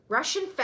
Russian